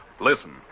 listen